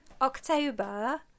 October